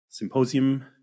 symposium